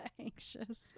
Anxious